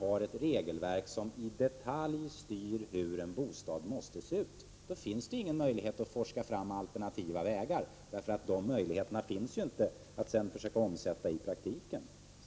när regelverket i detalj styr hur en bostad skall se ut. Det finns inte någon möjlighet att forska fram alternativa vägar, därför att de går ändå inte att omsätta i praktiken.